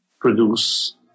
produce